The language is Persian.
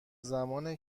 زمان